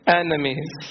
enemies